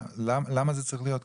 למה זה צריך להיות ככה?